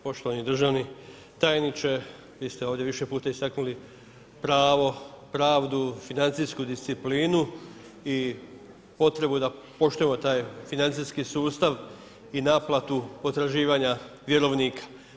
Poštovani državni tajniče, vi ste ovdje više puta istaknuli pravo, pravdu, financijsku disciplinu i potrebu da poštujemo taj financijski sustav i naplatu potraživanja vjerovnika.